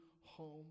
home